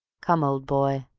come, old boy,